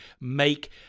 make